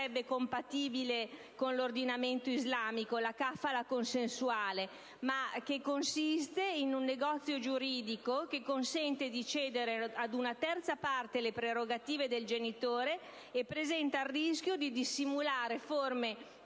compatibile con l'ordinamento islamico (la *kafala* consensuale), ma che consiste in un negozio giuridico che consente di cedere ad una terza parte le prerogative del genitore e presenta il rischio di dissimulare forme